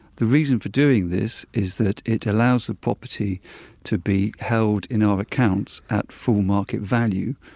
the reason for doing this is that it allows the property to be held in our accounts at full market value,